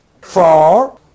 Four